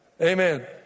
amen